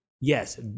Yes